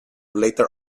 later